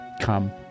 come